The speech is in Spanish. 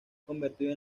convertido